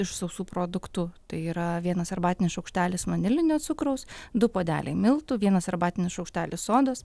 iš sausų produktų tai yra vienas arbatinis šaukštelis vanilinio cukraus du puodeliai miltų vienas arbatinis šaukštelis sodos